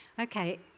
Okay